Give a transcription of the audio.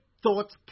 Thoughts